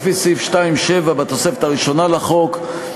לפי סעיף 2(7) בתוספת הראשונה לחוק,